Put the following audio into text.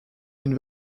une